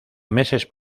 meses